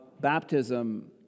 baptism